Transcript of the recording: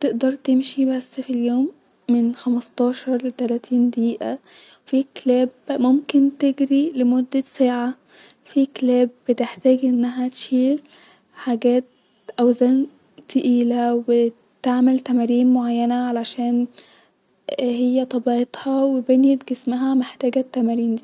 تقدر تمشي بس في اليوم من خمستارشر لتلاتين دقيقه -وفي كلاب ممكن تجري لمده ساعه-في كلاب بتحتاج انها تشيل حاجات-اوزان-تقيله و تعمل تمارين معينه عشان هي طبيعتها وبنيه جسمها محتاجه التمارين دي